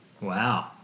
Wow